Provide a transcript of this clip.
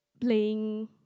playing